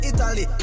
Italy